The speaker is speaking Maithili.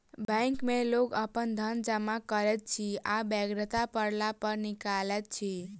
बैंक मे लोक अपन धन जमा करैत अछि आ बेगरता पड़ला पर निकालैत अछि